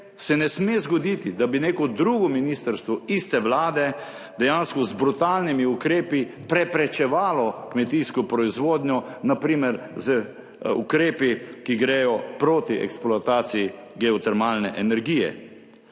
se ne sme zgoditi, da bi neko drugo ministrstvo iste vlade dejansko z brutalnimi ukrepi preprečevalo kmetijsko proizvodnjo, na primer z ukrepi, ki gredo proti eksploataciji geotermalne energije.